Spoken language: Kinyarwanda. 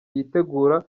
yitegura